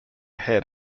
head